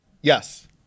Yes